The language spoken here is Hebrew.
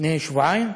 לפני שבועיים.